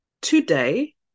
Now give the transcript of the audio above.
today